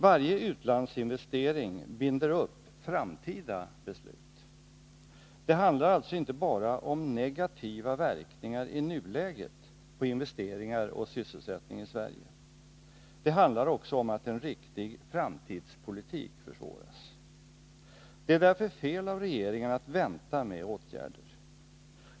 Varje utlandsinvestering binder upp framtida beslut. Det handlar alltså inte bara om negativa verkningar i nuläget på investeringar och sysselsättning i Sverige. Det handlar också om att en riktig framtidspolitik försvåras. Det är därför fel av regeringen att vänta med åtgärder.